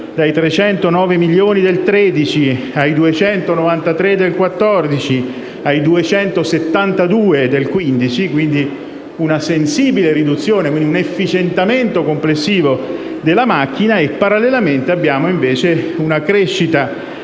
dai 309 milioni del 2013, ai 293 del 2014 e ai 272 del 2015, riducendosi sensibilmente, e un efficientamento complessivo della macchina, e parallelamente abbiamo una crescita